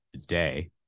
today